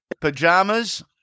pajamas